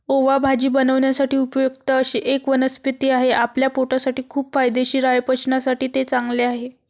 ओवा भाजी बनवण्यासाठी उपयुक्त अशी एक वनस्पती आहे, आपल्या पोटासाठी खूप फायदेशीर आहे, पचनासाठी ते चांगले आहे